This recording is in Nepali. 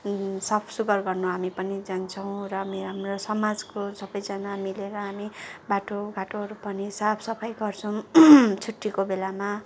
साफसुग्घर गर्नु हामी पनि जान्छौँ र हामी हाम्रो समाजको सबैजना मिलेर हामी बाटोघाटोहरू पनि साफसफाइ गर्छौँ छुट्टीको बेलामा